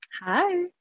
Hi